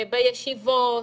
בישיבות,